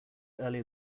earlier